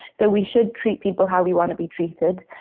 so we should treat people how we want to be treated.